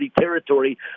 territory